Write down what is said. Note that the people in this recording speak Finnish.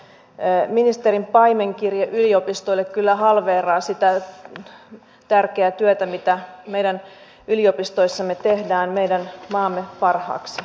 ministeri sanni grahn laasosen paimenkirje ylipistoille kyllä halveeraa sitä tärkeää työtä mitä meidän yliopistoissamme tehdään meidän maamme parhaaksi